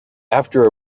after